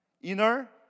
inner